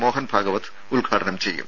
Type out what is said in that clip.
മോഹൻഭാഗവത് ഉദ്ഘാടനം ചെയ്യും